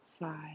five